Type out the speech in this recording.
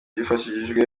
yifashishijwe